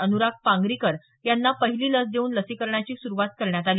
अनुराग पांगरीकर यांना पहिली लस देऊन या लसीकरणाची सुरूवात करण्यात आली